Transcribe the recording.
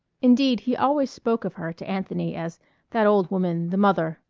indeed he always spoke of her to anthony as that old woman, the mother,